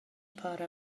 para